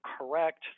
correct